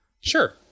Sure